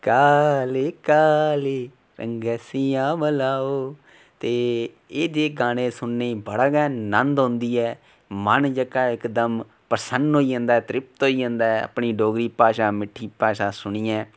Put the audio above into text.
काले काले रंगे सीआं भला हो ते एह् जेह गाने सुनने गी बड़ा गै नंद औंदी ऐ मन जेह्का ऐ इक दम प्रसन्न होई जंदा ऐ तरिप्त होई जंदा ऐ अपनी डोगरी भाशा च मिटठी भाशा सुनियै